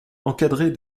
encadrée